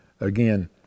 again